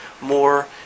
more